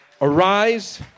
arise